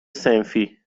صنفی